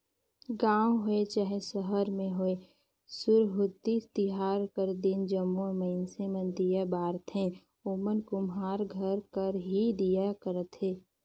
गाँव होए चहे सहर में होए सुरहुती तिहार कर दिन जम्मो मइनसे मन दीया बारथें ओमन कुम्हार घर कर ही दीया रहथें